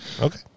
Okay